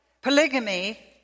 polygamy